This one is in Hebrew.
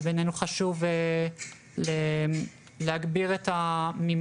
אז בינינו חשוב מאוד להגביר את המימון